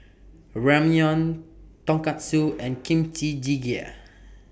Ramyeon Tonkatsu and Kimchi Jjigae